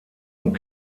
und